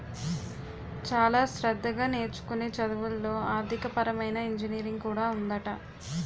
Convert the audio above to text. చాలా శ్రద్ధగా నేర్చుకునే చదువుల్లో ఆర్థికపరమైన ఇంజనీరింగ్ కూడా ఉందట